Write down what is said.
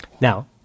Now